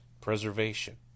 preservation